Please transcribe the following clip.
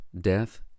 death